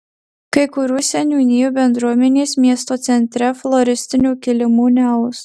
kai kurių seniūnijų bendruomenės miesto centre floristinių kilimų neaus